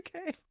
Okay